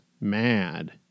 mad